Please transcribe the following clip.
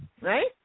right